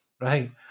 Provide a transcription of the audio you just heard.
Right